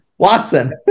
Watson